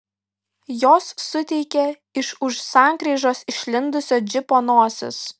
jos suteikė iš už sankryžos išlindusio džipo nosis